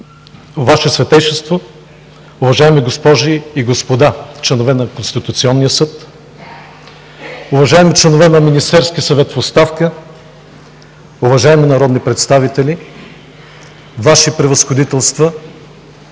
Ваше Светейшество, уважаеми госпожи и господа членове на Конституционния съд, уважаеми членове на Министерски съвет в оставка, уважаеми народни представители, Ваши превъзходителства,